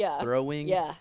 throwing